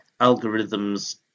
algorithms